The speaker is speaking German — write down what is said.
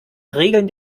regeln